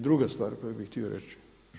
I druga stvar koju bih htio reći.